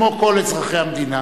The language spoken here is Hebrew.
כמו כל אזרחי המדינה.